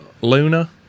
Luna